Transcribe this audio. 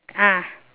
ah